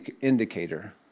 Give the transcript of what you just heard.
indicator